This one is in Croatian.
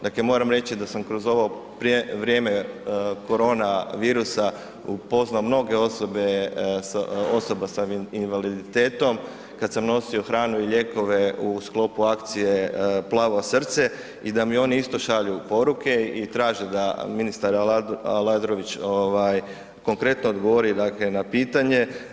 Dakle, moram reći da sam kroz ovo vrijeme korona virusa upoznao mnoge osobe sa, osoba sa invaliditetom kad sam nosio hranu i lijekove u sklopu akcije Plavo srce i da mi oni isto šalju poruke i traže da ministar Aladrović konkretno odgovori dakle na pitanje.